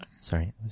sorry